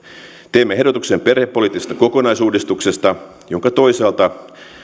teemme ehdotuksen perhepoliittisesta kokonaisuudistuksesta joka toisaalta